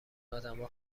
ادما